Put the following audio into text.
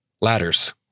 Ladders